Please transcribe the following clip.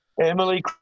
Emily